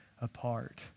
apart